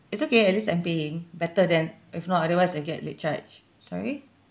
it's okay at least I'm paying better than if not otherwise I get late charge sorry